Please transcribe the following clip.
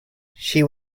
she